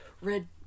red